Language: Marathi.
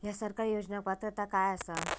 हया सरकारी योजनाक पात्रता काय आसा?